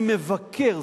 אני מבקר.